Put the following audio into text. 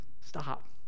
stop